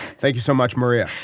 thank you so much maria.